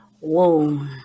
Whoa